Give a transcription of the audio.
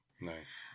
Nice